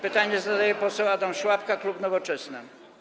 Pytanie zadaje poseł Adam Szłapka, klub Nowoczesna.